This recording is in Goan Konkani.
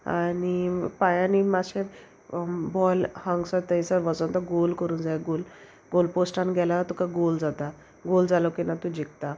आनी पांयांनी मातशें बॉल हांगसर थंयसर वचोन तो गोल करूंक जाय गोल गोल पोस्टान गेल्यार तुका गोल जाता गोल जालो की ना तूं जिकता